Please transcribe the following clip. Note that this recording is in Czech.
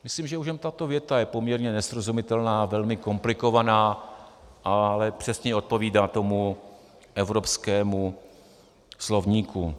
Myslím, že už jenom tato věta je poměrně nesrozumitelná a velmi komplikovaná, ale přesně odpovídá tomu evropskému slovníku.